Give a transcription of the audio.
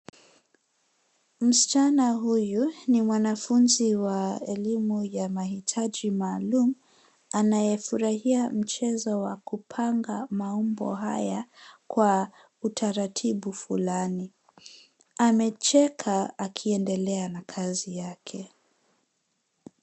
Msichana huyu ni mwanafunzi wa elimu ya mahitaji maalum, anayefurahia mchezo wa kupanga maumbo haya, kwa utaratibu fulani. Amecheka akiendelea na kazi yake.